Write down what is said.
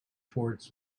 towards